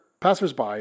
passersby